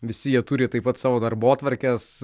visi jie turi taip pat savo darbotvarkes